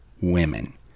women